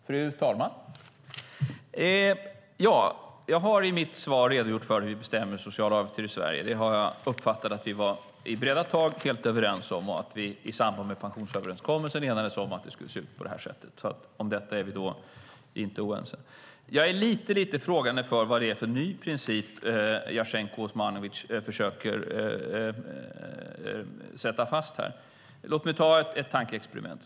Fru talman! Jag har i mitt svar redogjort för hur vi bestämmer sociala avgifter i Sverige. Jag har uppfattat att vi i breda tag var helt överens om det och att vi i samband med pensionsöverenskommelsen enades om att det skulle se ut på det här sättet. Om detta är vi alltså inte oense. Jag är lite frågande inför vad det är för ny princip som Jasenko Omanovic försöker sätta fast här. Låt mig göra ett tankeexperiment.